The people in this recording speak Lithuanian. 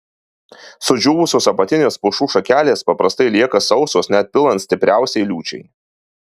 sudžiūvusios apatinės pušų šakelės paprastai lieka sausos net pilant stipriausiai liūčiai